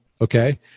Okay